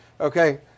Okay